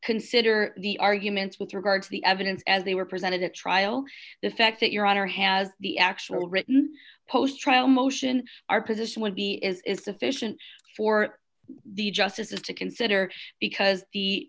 consider the arguments with regard to the evidence as they were presented at trial the fact that your honor has the actual written post trial motion our position would be is sufficient for the justices to consider because the